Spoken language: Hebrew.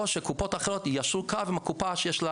שקופות אחרות יישרו קו עם הקופה שיש לה